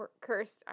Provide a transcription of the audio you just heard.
cursed